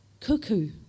cuckoo